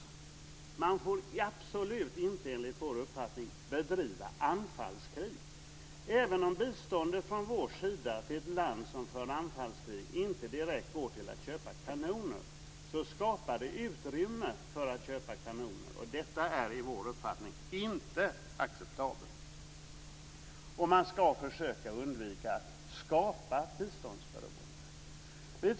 Man får absolut inte, enligt vår uppfattning, bedriva anfallskrig. Även om biståndet, från vår sida, till ett land som för anfallskrig inte direkt går till att köpa kanoner skapar det utrymme för att köpa kanoner. Detta är enligt vår uppfattning inte acceptabelt. Man ska försöka undvika att skapa biståndsberoende.